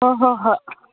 ꯍꯣꯏ ꯍꯣꯏ ꯍꯣꯏ